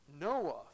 Noah